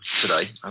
today